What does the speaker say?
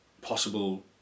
possible